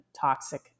toxic